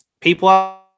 people